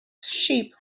sheep